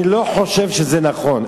אני לא חושב שזה נכון.